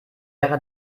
ära